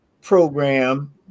program